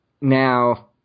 now